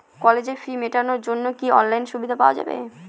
কলেজের ফি মেটানোর জন্য কি অনলাইনে সুবিধা পাওয়া যাবে?